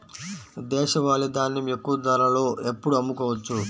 దేశవాలి ధాన్యం ఎక్కువ ధరలో ఎప్పుడు అమ్ముకోవచ్చు?